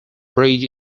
bridge